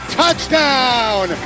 touchdown